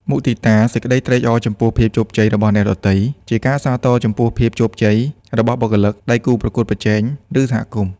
មុទិតា សេចក្ដីត្រេកអរចំពោះភាពជោគជ័យរបស់អ្នកដទៃ ជាការសាទរចំពោះភាពជោគជ័យរបស់បុគ្គលិក ដៃគូប្រកួតប្រជែង ឬសហគមន៍។